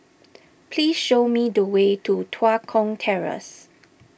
please show me the way to Tua Kong Terrace